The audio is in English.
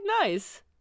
nice